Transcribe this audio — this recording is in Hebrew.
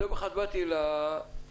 יום אחד באתי לפחח